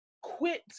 quit